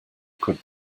could